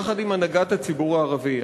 יחד עם הנהגת הציבור הערבי,